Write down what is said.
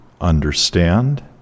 understand